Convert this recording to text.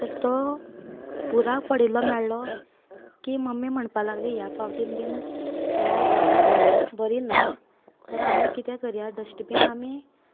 तर तो बुराक पडिल्लो मेळ्ळो की मम्मी म्हणपाक लागली ह्या फावटीन बीन ऑर्डर बरी ना तर कितें करया आमी डस्टबीन आमी